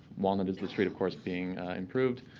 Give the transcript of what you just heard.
walnut is the street, of course, being improved.